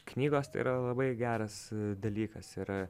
knygos tai yra labai geras dalykas ir